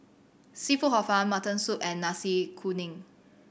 seafood Hor Fun mutton soup and Nasi Kuning